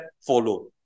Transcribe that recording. follow